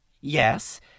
Yes